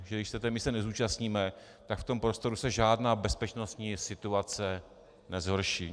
Že když se té mise nezúčastníme, tak v tom prostoru se žádná bezpečnostní situace nezhorší.